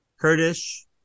Kurdish